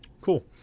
Cool